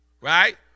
right